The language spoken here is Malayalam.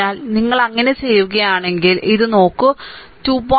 അതിനാൽ നിങ്ങൾ അങ്ങനെ ചെയ്യുകയാണെങ്കിൽ ഇത് നോക്കൂ 2